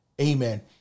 amen